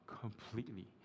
completely